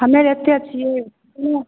हमे एतै छियै कोनो